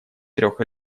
трех